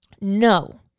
no